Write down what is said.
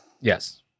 Yes